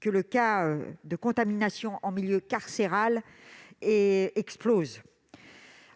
que les cas de contamination en milieu carcéral explosent.